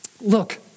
Look